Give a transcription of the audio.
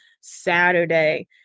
Saturday